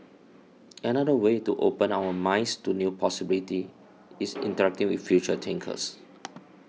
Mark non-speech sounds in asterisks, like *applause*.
another way to open our minds to new possibilities is *noise* interacting with future thinkers